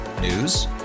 News